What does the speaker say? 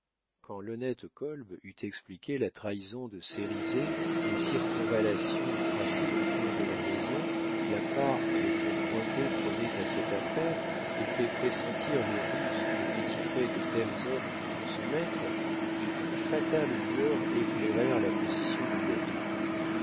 quand l'honnête kolb eut expliqué la trahison de cérizet les circonvallations tracées autour de la maison la part que le gros cointet prenait à cette affaire et fait pressentir les ruses que méditeraient de tels hommes contre son maître les plus fatales lueurs éclairèrent la position de david